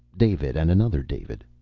david and another david.